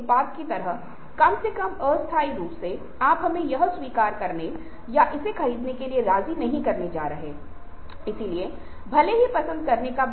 अगला स्वयं नवीनीकरण गतिविधियों के बारे में पढ़ना और अभ्यास करना है